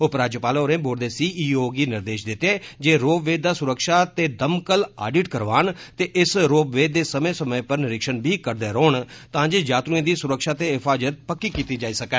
उपराज्यपाल होरें बोर्ड दे सीईओ गी निर्देष दित्ते जे रोपवे दा सुरक्षा ते दमकल आडिट करवान ते इस रोपवे दा समें समें पर निरीक्षण बी करदे रौहन तां जे यात्रएं दी सुरक्षा ते हिफाज़त पक्की कीती जाई सकै